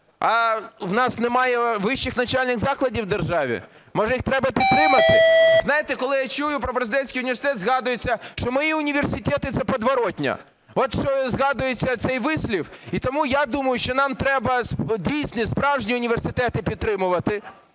А у нас немає вищих державних закладів в державі? Може, їх треба підтримати? Знаєте, коли я чую про президентський університет, згадується, що "мої університети – це підворотня". От згадується цей вислів. І тому я думаю, що нам треба дійсні, справжні університети підтримувати.